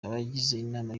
inama